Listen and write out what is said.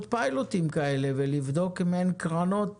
פיילוטים כאלה ולבדוק אם אין קרנות